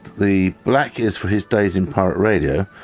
the black is for his days in pirate radio,